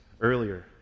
earlier